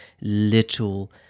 little